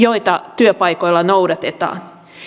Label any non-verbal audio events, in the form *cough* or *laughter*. *unintelligible* joita työpaikoilla noudatetaan